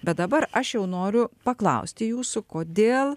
bet dabar aš jau noriu paklausti jūsų kodėl